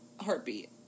Heartbeat